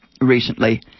recently